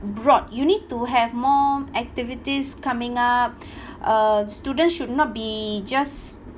broad you need to have more activities coming up uh students should not be just